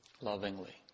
lovingly